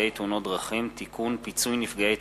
הסדרת תשלומי המים והביוב לפנימיות (תיקוני חקיקה),